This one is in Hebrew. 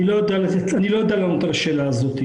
אני לא יודע לענות על השאלה הזאת.